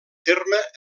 terme